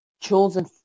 chosen